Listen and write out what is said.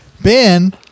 Ben